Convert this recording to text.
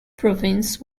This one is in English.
province